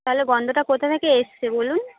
তাহলে গন্ধটা কোথা থেকে এসছে বলুন